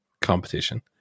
competition